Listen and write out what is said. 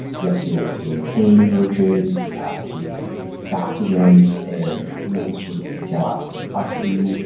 you have to maintain versions. you have to document and really sort of detail out the complexity